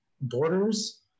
borders